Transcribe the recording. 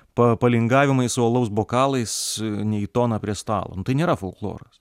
pa palingavimai su alaus bokalais ne į toną prie stalo nu tai nėra folkloras